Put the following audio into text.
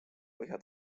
põhja